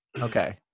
Okay